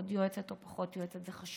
עוד יועצת או פחות יועצת, זה חשוב,